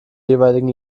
jeweiligen